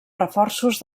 reforços